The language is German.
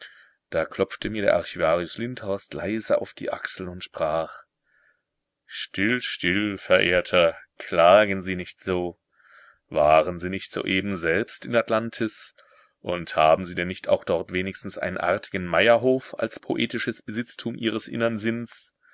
da klopfte mir der archivarius lindhorst leise auf die achsel und sprach still still verehrter klagen sie nicht so waren sie nicht soeben selbst in atlantis und haben sie denn nicht auch dort wenigstens einen artigen meierhof als poetisches besitztum ihres innern sinns